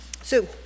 Sue